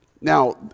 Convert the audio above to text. Now